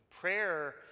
Prayer